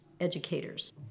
educators